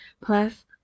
Plus